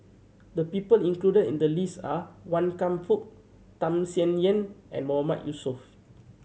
the people included in the list are Wan Kam Fook Tham Sien Yen and Mahmood Yusof